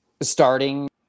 Starting